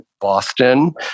Boston